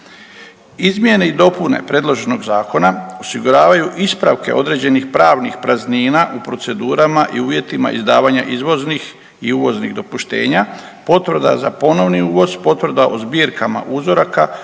Izmjene i dopune predloženog zakona osiguravaju ispravke određenih pravnih praznina u procedurama i uvjetima izdavanja izvoznih i uvoznih dopuštenja, potvrda za ponovni uvoz, potvrda o zbirkama uzoraka,